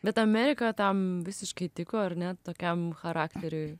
bet amerika tam visiškai tiko ar ne tokiam charakteriui